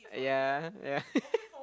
yeah yeah